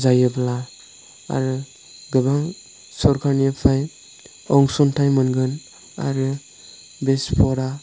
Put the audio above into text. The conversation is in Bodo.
जायोब्ला आरो गोबां सरकारनिफ्राय अनसुंथाइ मोनगोन आरो बे स्प'ट आ